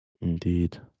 Indeed